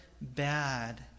bad